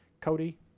Cody